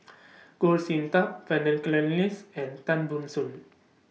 Goh Sin Tub Vernon Cornelius and Tan Ban Soon